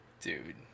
dude